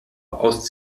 aus